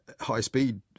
high-speed